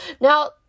Now